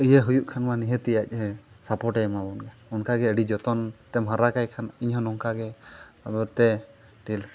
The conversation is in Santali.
ᱤᱭᱟᱹ ᱦᱩᱭᱩᱜ ᱠᱷᱟᱱ ᱢᱟ ᱱᱤᱦᱟᱹᱛ ᱜᱮ ᱟᱡ ᱦᱚᱸ ᱥᱟᱯᱳᱨᱴ ᱮ ᱮᱢᱟᱵᱚᱱ ᱜᱮᱭᱟ ᱚᱱᱠᱟᱜᱮ ᱟᱹᱰᱤ ᱡᱚᱛᱚᱱ ᱛᱮᱢ ᱦᱟᱨᱟ ᱠᱟᱭ ᱠᱷᱟᱱ ᱤᱧᱦᱚᱸ ᱱᱚᱝᱠᱟᱜᱮ ᱟᱫᱚ ᱮᱱᱛᱮᱫ ᱢᱤᱫᱴᱮᱱ